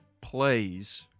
plays